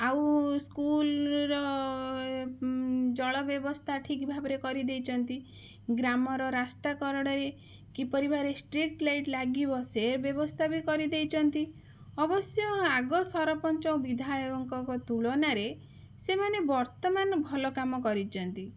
ଆଉ ସ୍କୁଲ ର ଜଳ ବ୍ୟବସ୍ଥା ଠିକ୍ ଭାବରେ ରେ କରିଦେଇଛନ୍ତି ଗ୍ରାମର ରାସ୍ତା କଡ଼ରେ କିପରି ବାରେ ଷ୍ଟ୍ରିଟ ଲାଇଟ ଲାଗିବ ସେ ବ୍ୟବସ୍ଥା ବି କରିଦେଇଛନ୍ତି ଅବଶ୍ୟ ଆଗ ସରପଞ୍ଚ ବିଧାୟକଙ୍କ ତୁଳନାରେ ସେମାନେ ବର୍ତ୍ତମାନ ଭଲ କାମ କରିଛନ୍ତି